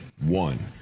One